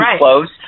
close